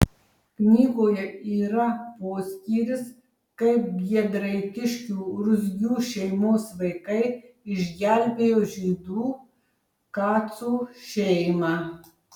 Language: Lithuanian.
knygoje yra poskyris kaip giedraitiškių ruzgių šeimos vaikai išgelbėjo žydų kacų šeimą